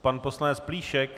Pan poslanec Plíšek.